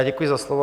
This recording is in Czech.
Děkuji za slovo.